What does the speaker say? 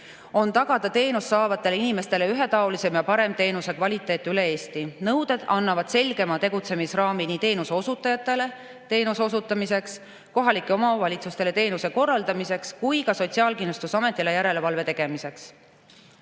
on tagada teenust saavatele inimestele ühetaolisem ja parem teenusekvaliteet üle Eesti. Nõuded annavad selgemad tegutsemisraamid nii teenuseosutajatele teenuse osutamiseks, kohalikele omavalitsustele teenuse korraldamiseks kui ka Sotsiaalkindlustusametile järelevalve tegemiseks.